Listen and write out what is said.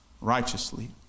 righteously